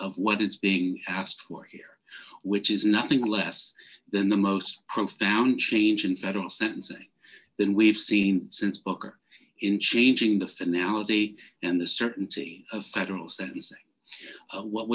of what is being asked for here which is nothing less than the most profound change in federal sentencing than we've seen since booker in changing the finale date and the certainty of federal sentencing what